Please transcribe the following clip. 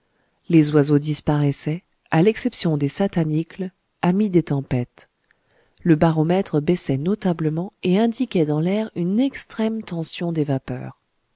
les oiseaux disparaissaient à l'exception des satanicles amis des tempêtes le baromètre baissait notablement et indiquait dans l'air une extrême tension des vapeurs